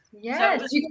yes